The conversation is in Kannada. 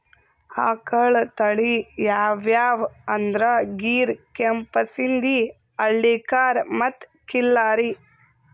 ಆಕಳ್ ತಳಿ ಯಾವ್ಯಾವ್ ಅಂದ್ರ ಗೀರ್, ಕೆಂಪ್ ಸಿಂಧಿ, ಹಳ್ಳಿಕಾರ್ ಮತ್ತ್ ಖಿಲ್ಲಾರಿ